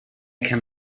can